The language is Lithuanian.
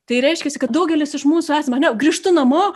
tai reiškiasi kad daugelis iš mūsų esame ane grįžtu namo